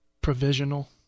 provisional